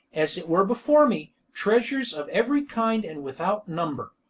as it were before me, treasures of every kind and without number.